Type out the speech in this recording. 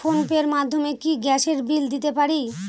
Phone pay র মাধ্যমে কি গ্যাসের বিল দিতে পারি?